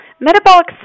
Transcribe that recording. metabolic